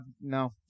no